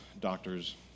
doctors